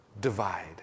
divide